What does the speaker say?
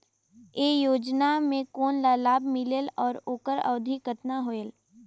ये योजना मे कोन ला लाभ मिलेल और ओकर अवधी कतना होएल